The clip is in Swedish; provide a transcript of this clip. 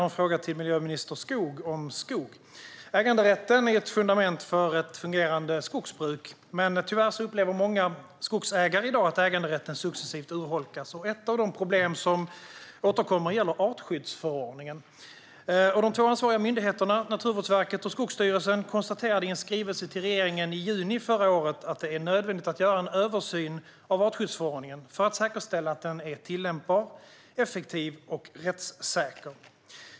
Herr talman! Jag har en fråga till miljöminister Skog om skog. Äganderätten är ett fundament för ett fungerande skogsbruk. Tyvärr upplever många skogsägare i dag att äganderätten successivt urholkas. Ett problem som återkommer gäller artskyddsförordningen. De två ansvariga myndigheterna, Naturvårdsverket och Skogsstyrelsen, konstaterade i en skrivelse till regeringen i juni förra året att det är nödvändigt att göra en översyn av artskyddsförordningen, för att säkerställa att den är tillämpbar, effektiv och rättssäker.